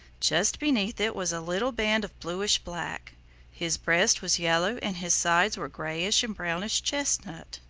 just beneath it was a little band of bluish-black. his breast was yellow and his sides were grayish and brownish-chestnut.